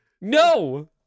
no